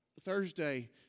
Thursday